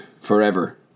forever